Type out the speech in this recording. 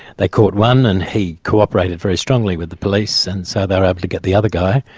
they caught one and he cooperated very strongly with the police and so they were able to get the other guy,